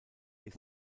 ist